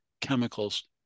chemicals